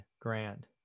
grand